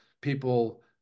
people